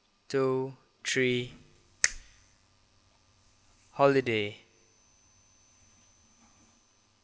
two three holiday